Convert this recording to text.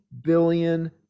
billion